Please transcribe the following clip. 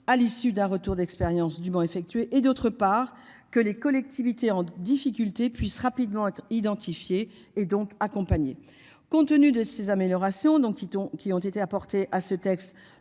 À l'issue d'un retour d'expérience du. Et d'autre part que les collectivités en difficulté puissent rapidement être identifiés et donc accompagné compte tenu de ces améliorations. Donc ils t'ont, qui ont été apportées à ce texte